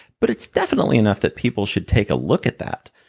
but it's definitely enough that people should take a look at that.